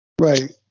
Right